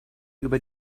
über